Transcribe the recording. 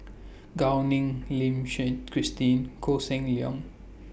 Gao Ning Lim Suchen Christine Koh Seng Leong